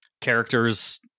characters